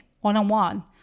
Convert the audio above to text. one-on-one